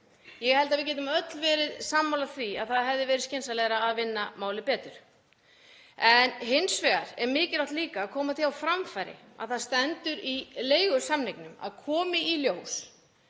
Ég held að við getum öll verið sammála því að skynsamlegra hefði verið að vinna málið betur. Hins vegar er mikilvægt líka að koma því á framfæri að það stendur í leigusamningnum að komi í ljós